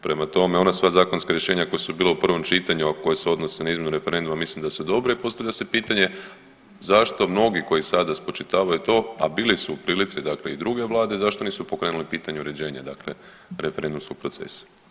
Prema tome, ona sva zakonska rješenja koja su bila u prvom čitanju, a koja se odnose na izmjenu referenduma mislim da su dobra i postavlja se pitanje zašto mnogi koji sada spočitavaju to, a bili su u prilici, dakle i druge vlade zašto nisu pokrenuli pitanje uređenja, dakle referendumskog procesa?